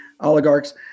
oligarchs